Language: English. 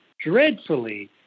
dreadfully